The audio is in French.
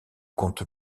compte